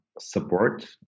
support